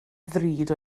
ddrud